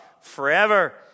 forever